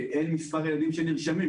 כי זה מספר הילדים שנרשמו,